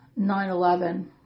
9-11